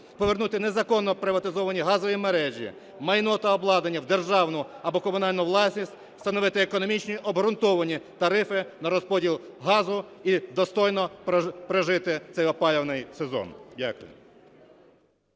повернути незаконно приватизовані газові мережі, майно та обладнання в державну або комунальну власність, встановити економічно обґрунтовані тарифи на розподіл газу і достойно прожити цей опалювальний сезон.